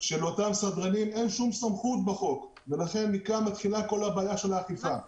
לאותם סדרנים אין שום סמכות בחוק ומכאן מתחילה כל הבעיה של האכיפה.